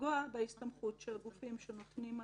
לפגוע בהסתמכות של גופים שנותנים הלוואה,